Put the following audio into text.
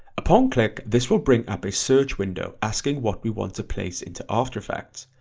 upon click this will bring up a search window asking what we want to place into after effects.